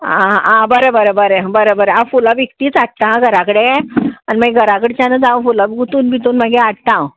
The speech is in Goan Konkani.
आं आं बरें बरें बरें बरें बरें हांव फुलां विकतींच हाडटा घरा कडेन आनी मागीर घरा कडच्यानूच हांव फुलां गुंतून बुतून मागीर हाडटा हांव